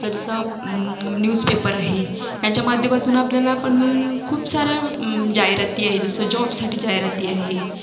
तर आपलं जसं न्यूजपेपर आहे यांच्या माध्यमातून आपल्याला पण खूप साऱ्या जाहिराती आहे जसं जॉबसाठी जाहिराती आहे